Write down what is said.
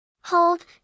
Hold